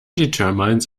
determines